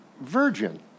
virgin